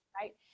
Right